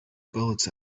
bullets